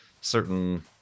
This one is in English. certain